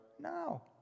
No